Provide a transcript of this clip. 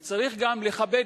וצריך גם לכבד,